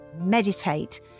meditate